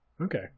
Okay